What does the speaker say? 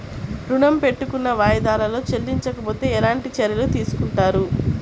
ఋణము పెట్టుకున్న వాయిదాలలో చెల్లించకపోతే ఎలాంటి చర్యలు తీసుకుంటారు?